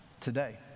today